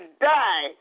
die